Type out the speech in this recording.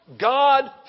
God